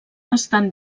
estan